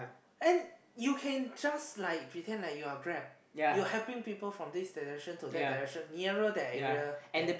and you can just like pretend like you're Grab you're helping people from this direction to that direction nearer that area then